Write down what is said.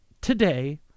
today